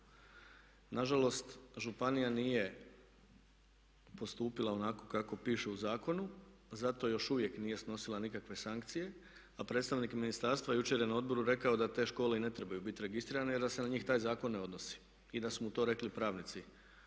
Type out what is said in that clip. Nažalost županija nije postupila onako kako piše u zakonu zato još uvijek nije snosila nikakve sankcije. A predstavnik ministarstva jučer je na odboru rekao da te škole i ne trebaju biti registrirane jer da se na njih taj zakon ne odnosi i da su mu to rekli pravnici